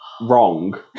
Wrong